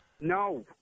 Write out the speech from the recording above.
No